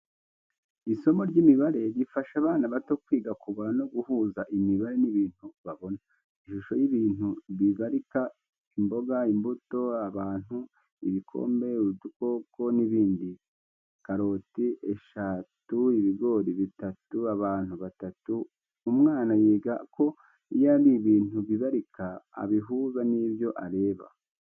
Isomo ry'imibare rifasha abana bato kwiga kubara no guhuza imibare n'ibintu babona. Ishusho y’ibintu bibarika imboga, imbuto, abantu, ibikombe, udukoko, n'ibindi. Karoti eshatu ibigori bitatu abantu batatu umwana yiga ko iyo ari ibintu bibarika abihuza nibyo areba.